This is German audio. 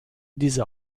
diese